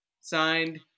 Signed